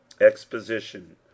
Exposition